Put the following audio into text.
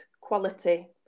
quality